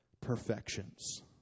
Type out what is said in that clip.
perfections